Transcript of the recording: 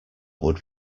would